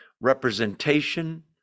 representation